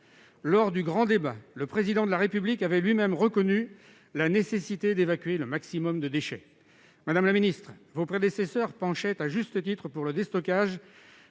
Lors du grand débat, le Président de la République avait lui-même reconnu la nécessité d'évacuer le maximum de déchets. Madame la ministre, vos prédécesseurs penchaient à juste titre du côté du déstockage,